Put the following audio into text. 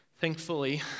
Thankfully